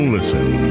Listen